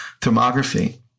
thermography